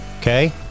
okay